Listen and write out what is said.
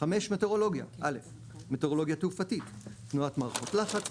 מטאורולוגיה - מטאורולוגיה תעופתית; תנועת מערכות לחץ,